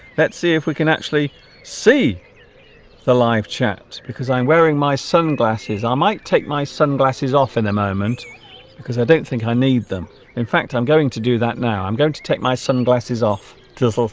let's see if we can actually see the live chat because i'm wearing my sunglasses i might take my sunglasses off in a moment because i don't think i need them in fact i'm going to do that now i'm going to take my sunglasses off just